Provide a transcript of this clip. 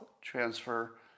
transfer